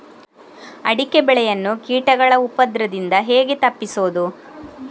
ಅಡಿಕೆ ಬೆಳೆಯನ್ನು ಕೀಟಗಳ ಉಪದ್ರದಿಂದ ಹೇಗೆ ತಪ್ಪಿಸೋದು?